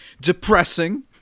depressing